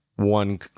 One